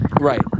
Right